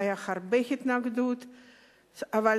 היתה התנגדות רבה,